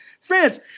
France